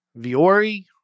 Viore